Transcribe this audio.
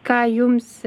ką jums